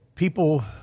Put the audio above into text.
People